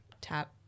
tap